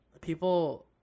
people